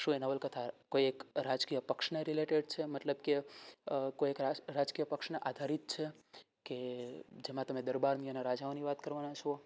શું એ નવલકથા એ કોઈ એક રાજકીય પક્ષને રિલેટેડ છે મતલબ કે કે કોઈ એક રાજકીય પક્ષને આધારિત છે કે જેમાં તમે દરબારની અને રાજાઓની વાત કરવાના છો